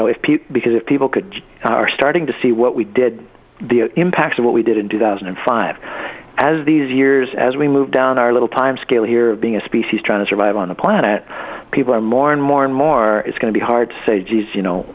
people because if people could are starting to see what we did the impacts of what we did in two thousand and five as these years as we move down our little time scale here of being a species trying to survive on the planet people are more and more and more is going to be hard to say geez you know